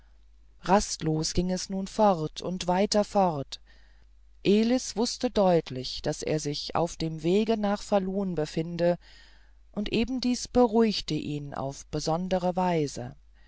rastlos ging es nun fort und weiter fort elis wußte deutlich daß er sich auf dem wege nach falun befinde und eben dies beruhigte ihn auf besondere weise